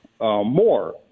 more